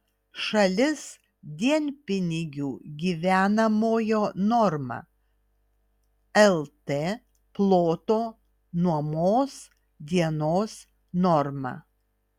šalis dienpinigių gyvenamojo norma lt ploto nuomos dienos norma